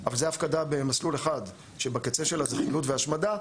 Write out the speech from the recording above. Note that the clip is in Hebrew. אבל זה הפקדה במסלול אחד שבקצה שלה זה חילוט והשמדה,